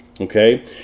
okay